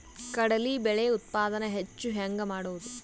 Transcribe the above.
ಕಡಲಿ ಬೇಳೆ ಉತ್ಪಾದನ ಹೆಚ್ಚು ಹೆಂಗ ಮಾಡೊದು?